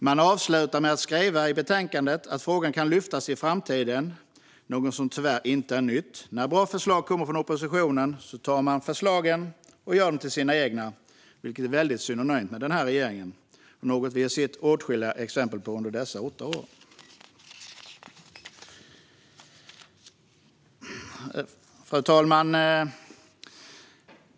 Man avslutar med att skriva i betänkandet att frågan kan lyftas i framtiden, något som tyvärr inte är nytt. När bra förslag kommer från oppositionen tar man förslagen och gör dem till sina egna, vilket är väldigt synonymt med denna regering. Det är något som vi har sett åtskilliga exempel på under dessa åtta år. Fru talman!